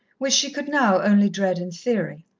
which she could now only dread in theory.